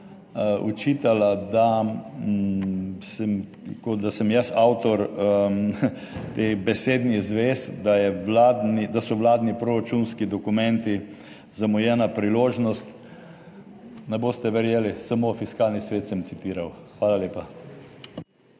kot da sem jaz avtor teh besednih zvez, da je vladni…, da so vladni proračunski dokumenti zamujena priložnost. Ne boste verjeli, samo Fiskalni svet sem citiral. Hvala lepa.